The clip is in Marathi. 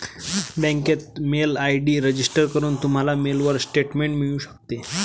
बँकेत मेल आय.डी रजिस्टर करून, तुम्हाला मेलवर स्टेटमेंट मिळू शकते